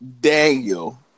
Daniel